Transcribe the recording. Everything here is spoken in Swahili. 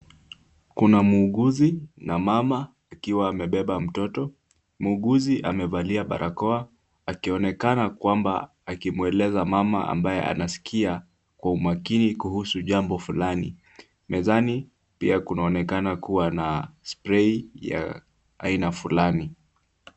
Kuna muuguzi na mama akiwa amebeba mtoto, muuguzi amevalia barakoa akionekana kwamba akimweleza mama ambaye anaskia kwa umakini kuhusu jambo fulani. Mezani pia kunaonekana kuwa na spray ya aina fulani.